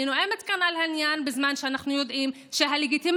אני נואמת כאן על העניין בזמן שאנחנו יודעים שהלגיטימציה